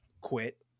quit